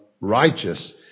righteous